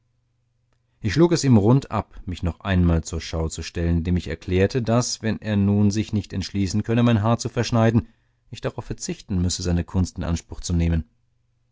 ich schlug es ihm rund ab mich noch einmal zur schau zu stellen indem ich erklärte daß wenn er nun sich nicht entschließen könne mein haar zu verschneiden ich darauf verzichten müsse seine kunst in anspruch zu nehmen